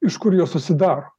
iš kur jos susidaro